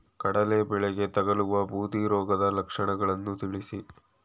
ಕಡಲೆ ಬೆಳೆಗೆ ತಗಲುವ ಬೂದಿ ರೋಗದ ಲಕ್ಷಣಗಳನ್ನು ತಿಳಿಸಿ?